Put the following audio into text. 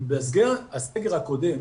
בסגר הקודם